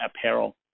apparel